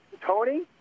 Tony